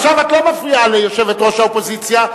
עכשיו את לא מפריעה ליושבת-ראש האופוזיציה.